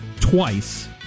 twice